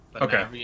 Okay